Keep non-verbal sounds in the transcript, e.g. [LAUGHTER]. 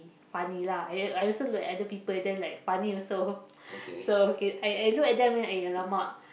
funny lah I al~ I also look at other people then like funny also [BREATH] so okay I I look at them and I !alamak!